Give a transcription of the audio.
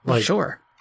Sure